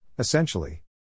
Essentially